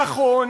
נכון,